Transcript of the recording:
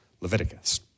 Leviticus